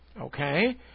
Okay